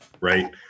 right